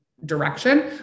direction